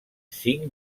cinc